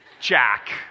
Jack